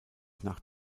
nach